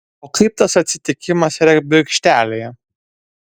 o kaip tas atsitikimas regbio aikštelėje